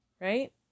Right